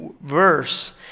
verse